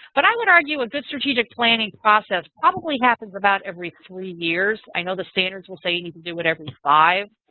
but i would argue a good strategic planning process probably happens about every three years. i know the standards will say you can do it every five.